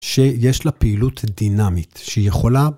שיש לה פעילות דינמית, שיכולה...